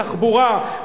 בתחבורה,